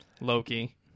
Loki